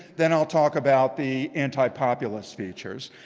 then i'll talk about the antipopulist features.